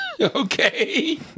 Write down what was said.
Okay